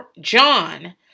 John